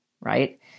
right